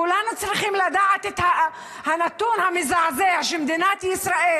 כולנו צריכים לדעת את הנתון המזעזע של מדינת ישראל,